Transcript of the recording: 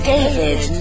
David